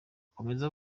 akomeza